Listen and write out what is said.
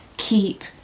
keep